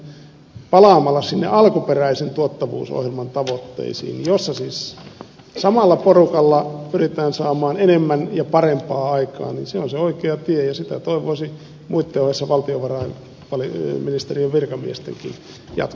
sen sijaan palaaminen sinne alkuperäisen tuottavuusohjelman tavoitteisiin joissa siis samalla porukalla pyritään saamaan enemmän ja parempaa aikaan on se oikea tie ja sitä toivoisi muitten ohessa valtiovarainministeriön virkamiestenkin jatkossa noudattavan